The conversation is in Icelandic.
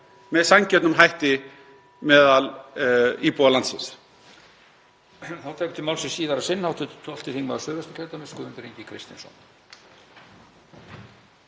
með sanngjörnum hætti meðal íbúa landsins.